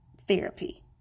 therapy